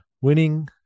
winning